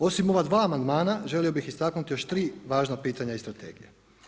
Osim ova dva amandmana, želio bih istaknuti još tri važna pitanja iz strategije.